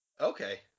Okay